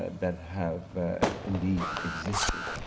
that have indeed existed.